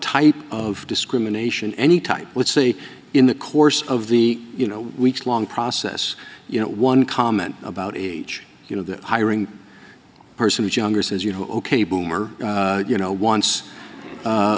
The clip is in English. type of discrimination any type would see in the course of the you know weeks long process you know one comment about age you know the hiring person was younger says you know ok boomer you know once